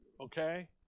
okay